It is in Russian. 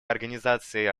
организации